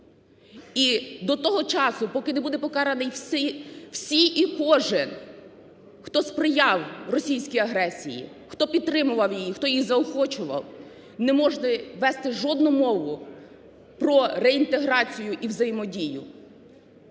І до того часу, поки не буде покараний… всі і кожен, хто сприяв російській агресії, хто підтримував її, хто її заохочував, не можна вести жодну мову про реінтеграцію і взаємодію.